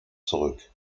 zurück